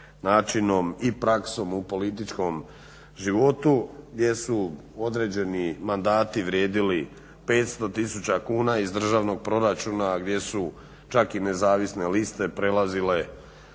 načinom i praksom u političkom životu gdje su određeni mandati vrijedili 500 tisuća kuna iz državnog proračuna, a gdje su čak i nezavisne liste prelazile